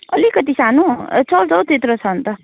अलिकति सानो ए चल्छ हौ त्यत्रो छ भने त